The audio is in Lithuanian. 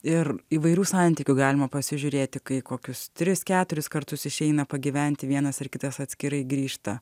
ir įvairių santykių galima pasižiūrėti kai kokius tris keturis kartus išeina pagyventi vienas ar kitas atskirai grįžta